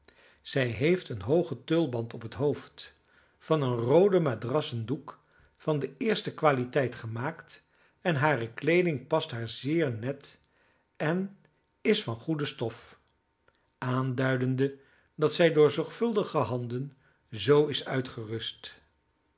zij heeft een hoogen tulband op het hoofd van een rooden madrassen doek van de eerste kwaliteit gemaakt en hare kleeding past haar zeer net en is van goede stof aanduidende dat zij door zorgvuldige handen zoo is uitgerust